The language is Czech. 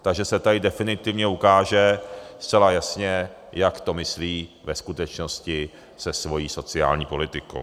Takže se tady definitivně ukáže zcela jasně, jak to myslí ve skutečnosti se svou sociální politikou.